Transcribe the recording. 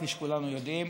כפי שכולם יודעים,